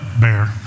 Bear